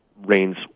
Rains